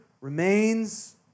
remains